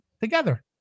together